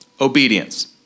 obedience